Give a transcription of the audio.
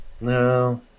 No